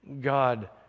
God